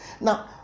now